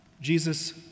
Jesus